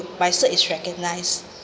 my cert is recognised